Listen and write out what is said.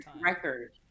record